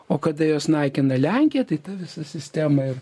o kada jos naikina lenkiją tai ta visa sistema ir